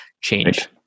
change